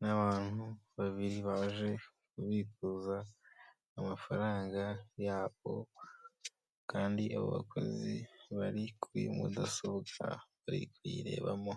n'abantu babiri baje kubikuza amafaranga yabo kandi, abo bakozi bari kuri mudasobwa bari kuyirebamo.